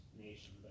nation